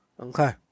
Okay